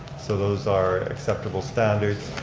so those are acceptable standards.